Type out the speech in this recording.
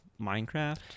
Minecraft